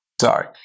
Sorry